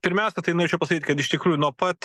pirmiausia tai norėčiau pasakyt kad iš tikrųjų nuo pat